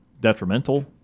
detrimental